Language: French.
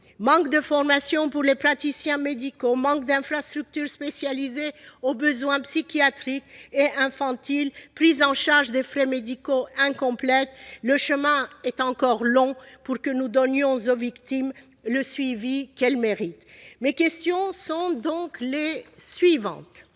manque de formation des praticiens médicaux, manque d'infrastructures spécialisées aux besoins psychiatriques et infantiles, prise en charge incomplète des frais médicaux. Le chemin est encore long pour que nous donnions aux victimes le suivi qu'elles méritent. Mes questions sont donc les suivantes